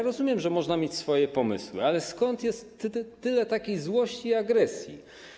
Rozumiem, że można mieć swoje pomysły, ale skąd jest tyle złości i agresji?